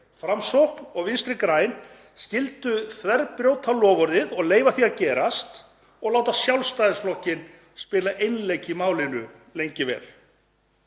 Framsókn og Vinstri græn, skyldu þverbrjóta loforðið og leyfa því að gerast og láta Sjálfstæðisflokkinn spila einleik í málinu lengi vel,